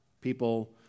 people